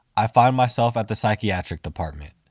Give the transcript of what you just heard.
i find myself at the psychiatric department